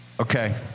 Okay